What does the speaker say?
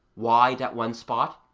wide at one spot,